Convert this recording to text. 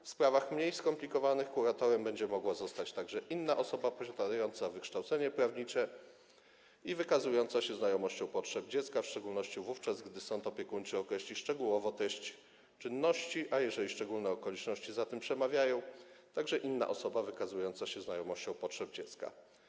W sprawach mniej skomplikowanych kuratorem będzie mogła zostać także inna osoba posiadająca wykształcenie prawnicze i wykazująca się znajomością potrzeb dziecka, w szczególności wówczas gdy sąd opiekuńczy określi szczegółowo treść czynności, a jeżeli szczególne okoliczności za tym przemawiają, także inna osoba wykazująca się znajomością potrzeb dziecka.